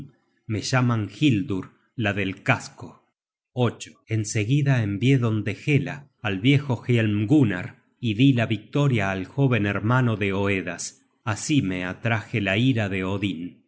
me llaman hildur la del casco en seguida envié donde hela al viejo hielmgunnar y di la victoria al jóven hermano de oedas así me atraje la ira de odin